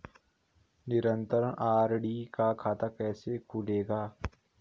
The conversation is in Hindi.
निरन्तर आर.डी का खाता कैसे खुलेगा?